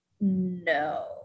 No